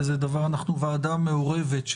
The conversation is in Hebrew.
אנחנו ועדה מעורבת,